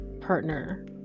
partner